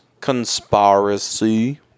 Conspiracy